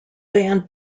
band